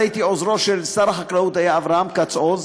הייתי אז עוזרו של שר החקלאות אברהם כ"ץ-עוז,